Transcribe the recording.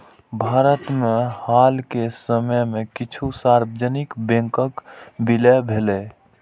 भारत मे हाल के समय मे किछु सार्वजनिक बैंकक विलय भेलैए